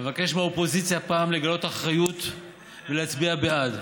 נבקש מהאופוזיציה הפעם לגלות אחריות ולהצביע בעד.